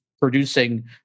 producing